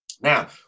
Now